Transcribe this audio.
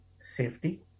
safety